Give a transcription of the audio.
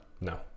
No